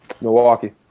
Milwaukee